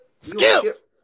skip